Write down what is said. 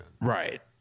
Right